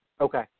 Okay